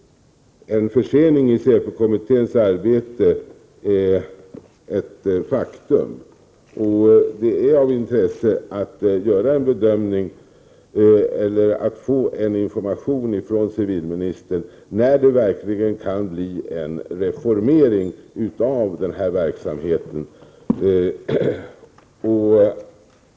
En försening i säpokommitténs arbete är ett faktum. Det är av intresse att få information från civilministern, när det verkligen kan bli en reformering av den här verksamheten.